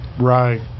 Right